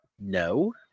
No